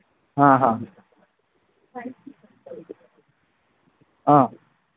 ꯑꯥ ꯑꯥ ꯑꯥ